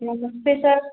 नमस्ते सर